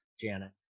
Janet